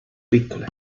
piccole